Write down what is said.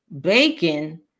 bacon